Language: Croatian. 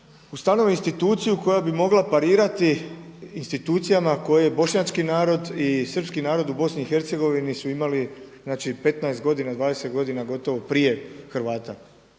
ustanove instituciju koja bi mogla parirati institucijama koje bošnjački narod i srpski narod u Bosni i Hercegovini su imali znači 15 godina, 20 godina gotovo prije Hrvata.